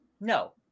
No